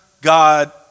God